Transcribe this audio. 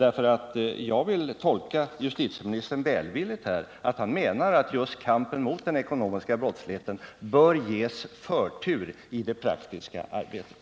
Jag vill nämligen tolka justitieministern välvilligt, och jag uppfattar det så att han menar att just kampen mot den ekonomiska brottsligheten bör ges förtur i det praktiska arbetet.